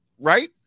right